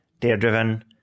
data-driven